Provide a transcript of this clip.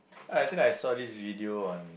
I think I saw this video on